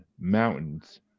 mountains